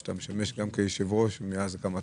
שאתה משמש כיושב-ראש שלה מאז הקמתה,